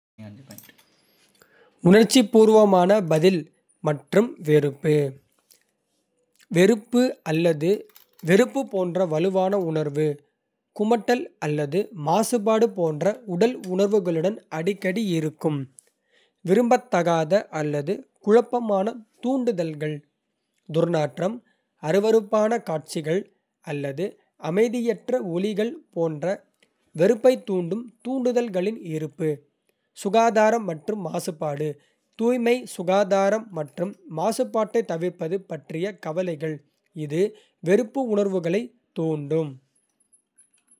உணர்ச்சிபூர்வமான பதில் மற்றும் வெறுப்பு: வெறுப்பு அல்லது வெறுப்பு போன்ற வலுவான உணர்வு, குமட்டல் அல்லது மாசுபாடு போன்ற உடல் உணர்வுகளுடன் அடிக்கடி இருக்கும். விரும்பத்தகாத அல்லது குழப்பமான தூண்டுதல்கள் துர்நாற்றம், அருவருப்பான காட்சிகள் அல்லது அமைதியற்ற ஒலிகள் போன்ற வெறுப்பைத் தூண்டும் தூண்டுதல்களின் இருப்பு. சுகாதாரம் மற்றும் மாசுபாடு தூய்மை, சுகாதாரம் மற்றும் மாசுபாட்டைத் தவிர்ப்பது பற்றிய கவலைகள், இது வெறுப்பு உணர்வுகளைத் தூண்டும்.